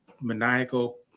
maniacal